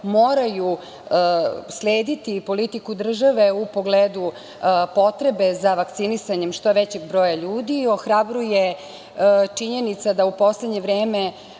moraju slediti politiku države u pogledu potrebe za vakcinisanjem što većeg broja ljudi. Ohrabruje činjenica da u poslednje vreme